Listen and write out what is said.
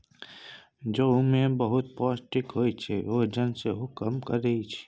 जौ मे बहुत पौष्टिक होइ छै, ओजन सेहो कम करय छै